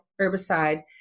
herbicide